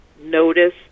notice